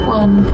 one